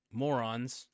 morons